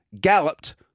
galloped